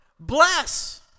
Bless